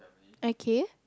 okay